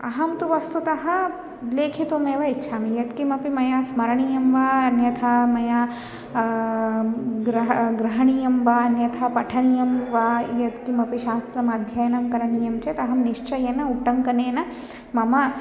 अहं तु वस्तुतः लेखितुम् एव इच्छामि यत्किमपि मया स्मरणीयं वा अन्यथा मया ग्रह ग्रहणीयं वा अन्यथा पठनीयं वा यत्किमपि शास्त्रमध्ययनं करणीयं चेत् निश्चयेन उट्टङ्कनेन मम